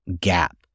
gap